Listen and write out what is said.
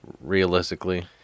realistically